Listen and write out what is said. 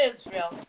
Israel